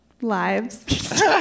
Lives